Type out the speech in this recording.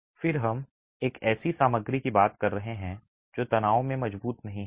फिर हम एक ऐसी सामग्री की बात कर रहे हैं जो तनाव में मजबूत नहीं है